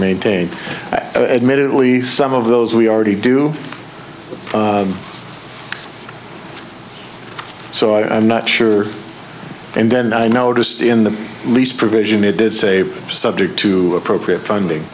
maintain admitted at least some of those we already do so i'm not sure and then i noticed in the least provision it did say subject to appropriate funding